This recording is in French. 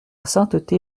sainteté